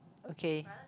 okay